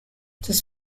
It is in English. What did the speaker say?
this